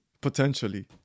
potentially